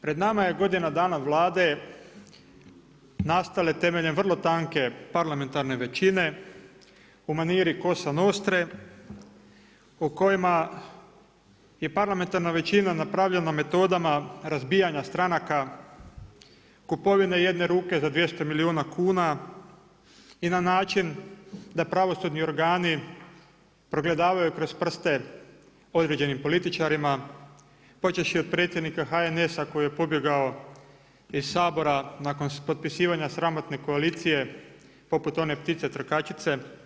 Pred nama je godina dana Vlade, nastale temeljem vrlo tanke parlamentarne većine, u maniri Kosanostre, o kojima je parlamentarna većina napravljena metodama razbijanja stranaka, kupovina jedne ruke za 200 milijuna kuna i na način da pravosudni organi progledavaju kroz prste određenim političarima počevši od predsjednika HNS-a koji je pobjegao iz Sabora nakon potpisivanja sramotne koalicije, poput one ptice trkačice.